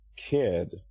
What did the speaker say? kid